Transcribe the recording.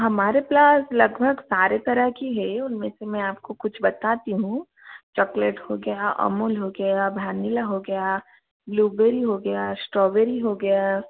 हमारे पास लगभग सारे तरह की हैं उनमें से मैं आपको कुछ बताती हूँ चॉकलेट हो गया आमूल हो गया भानीला हो गया ब्लूबेरी हो गया एस्टोबेरी हो गया